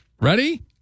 Ready